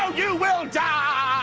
you will die!